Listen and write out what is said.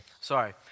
Sorry